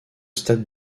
stade